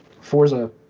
Forza